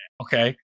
Okay